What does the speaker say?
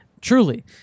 Truly